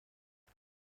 کردی